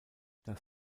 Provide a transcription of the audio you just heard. das